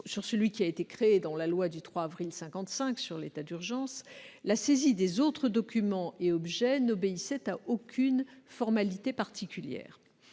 sur celui qui est issu de la loi du 3 avril 1955 relative à l'état d'urgence, la saisie des autres documents et objets n'obéissait à aucune formalité particulière.